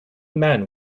men